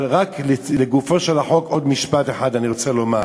אבל רק לגופו של החוק עוד משפט אחד אני רוצה לומר.